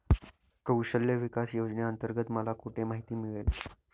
कौशल्य विकास योजनेअंतर्गत मला कुठे माहिती मिळेल?